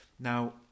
now